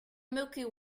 milky